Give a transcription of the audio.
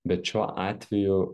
bet šiuo atveju